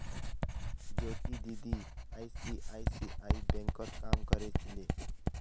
ज्योति दीदी आई.सी.आई.सी.आई बैंकत काम कर छिले